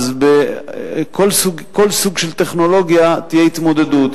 אז בכל סוג של טכנולוגיה תהיה התמודדות,